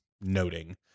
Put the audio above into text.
noting